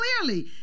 clearly